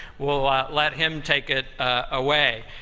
we'll let him take it away.